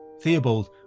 Theobald